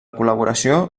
col·laboració